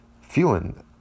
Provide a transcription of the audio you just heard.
feeling